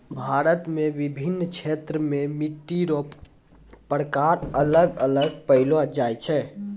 भारत मे विभिन्न क्षेत्र मे मट्टी रो प्रकार अलग अलग पैलो जाय छै